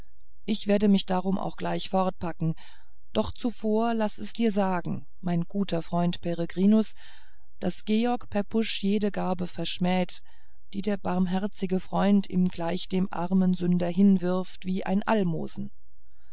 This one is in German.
ich werde mich darum auch gleich fortpacken doch zuvor laß es dir sagen mein guter freund peregrinus daß george pepusch jede gabe verschmäht die der barmherzige freund ihm gleich dem armen sünder hinwirft wie ein almosen